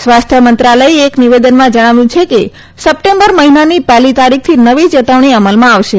સ્વાસ્થ્ય મંત્રાલયે એક નિવેદનમાં જણાવ્યું છે કે સપ્ટેમ્બર મહિનાની પહેલી તારીખથી નવી ચેતવણી અમલમાં આવશે